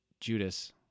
Judas